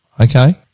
Okay